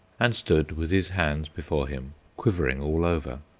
and stood with his hands before him, quivering all over.